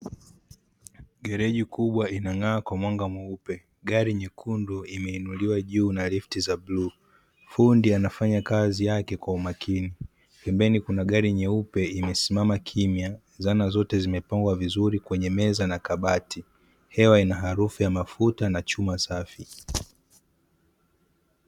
Gereji kubwa inang'aa kwa mwanga mweupe, gari nyekundu imeinuliwa juu na lifti za bluu. Fundi anafanya kazi yake kwa umakini. Pembeni kuna gari nyeupe imesimama kimya, zana zote zimepangwa vizuri kwenye meza na kabati. Hewa ina harufu ya mafuta na chuma safi.